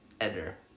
Editor